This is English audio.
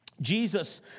Jesus